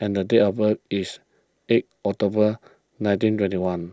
and date of birth is eight October nineteen twenty one